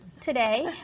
today